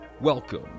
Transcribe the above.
Welcome